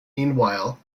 meanwhile